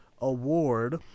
award